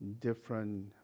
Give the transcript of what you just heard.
different